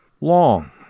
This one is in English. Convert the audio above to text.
long